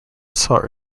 sought